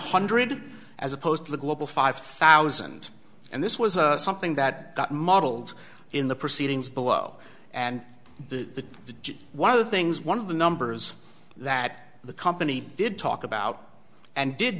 hundred as opposed to the global five thousand and this was a something that got modeled in the proceedings below and the one of the things one of the numbers that the company did talk about and did